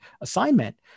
assignment